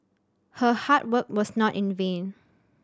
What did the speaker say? her hard work was not in vain